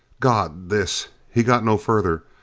god this he got no further.